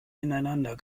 ineinander